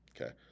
okay